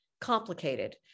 complicated